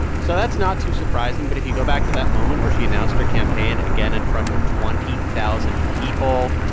so that's not too surprising. but if you go back to that moment where she announced her campaign, again in front of twenty thousand people.